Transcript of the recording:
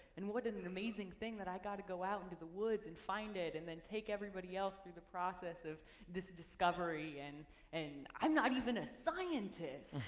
and what an amazing thing that i got to go out into the woods and find it and then take everybody else through the process of this discovery and and i'm not even a scientist.